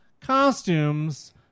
costumes